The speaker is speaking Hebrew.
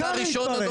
אתה הראשון.